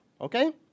Okay